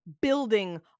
building